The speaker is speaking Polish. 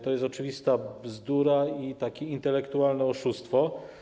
To jest oczywista bzdura i takie intelektualne oszustwo.